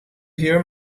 hear